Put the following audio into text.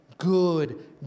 Good